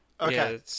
okay